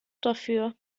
dafür